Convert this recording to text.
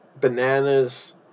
bananas